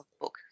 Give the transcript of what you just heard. book